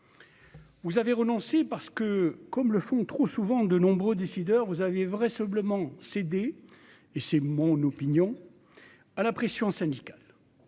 Vous avez renoncé parce que, comme le font trop souvent de nombreux décideurs vous avez vrai simplement cédé et c'est mon opinion à la pression syndicale,